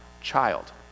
Child